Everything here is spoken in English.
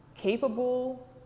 Capable